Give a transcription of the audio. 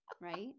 Right